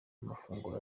amafunguro